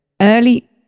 early